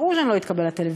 ברור שאני לא אתקבל לטלוויזיה,